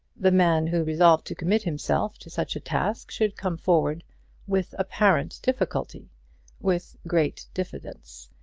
the man who resolved to commit himself to such a task should come forward with apparent difficulty with great diffidence,